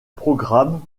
programmes